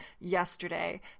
yesterday